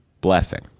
blessing